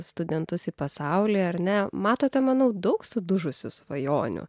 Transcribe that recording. studentus į pasaulį ar ne matote manau daug sudužusių svajonių